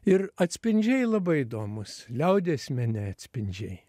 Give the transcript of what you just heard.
ir atspindžiai labai įdomūs liaudies mene atspindžiai